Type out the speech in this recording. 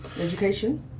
Education